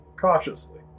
cautiously